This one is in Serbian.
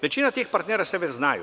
Većina tih partnera se već znaju.